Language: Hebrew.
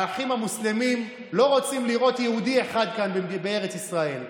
האחים המוסלמים לא רוצים לראות יהודי אחד כאן בארץ ישראל,